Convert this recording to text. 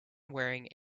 wearing